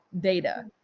data